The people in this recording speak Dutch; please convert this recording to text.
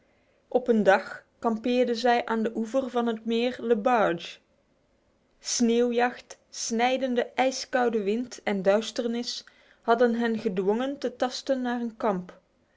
op een dag kampeerden zij aan de oever van het meer le barge sneeuwjacht snijdende ijskoude wind en duisternis hadden hen gedwongen te tasten naar een kamp